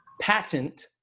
patent